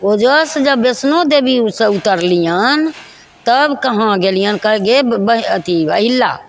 ओहिजाँ से जब वैष्णो देवीसे उतरलिअनि तब कहाँ गेलिअनि कहै गे ब अथी एहि ले